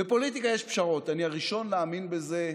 בפוליטיקה יש פשרות, אני הראשון להאמין בזה.